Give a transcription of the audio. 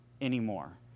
anymore